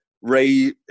Ray